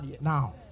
Now